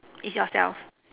it's yourself